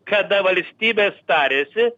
kada valstybės tariasi